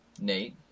Nate